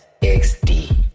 XD